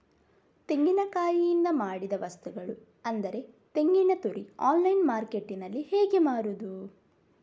ತೆಂಗಿನಕಾಯಿಯಿಂದ ಮಾಡಿದ ವಸ್ತುಗಳು ಅಂದರೆ ತೆಂಗಿನತುರಿ ಆನ್ಲೈನ್ ಮಾರ್ಕೆಟ್ಟಿನಲ್ಲಿ ಹೇಗೆ ಮಾರುದು?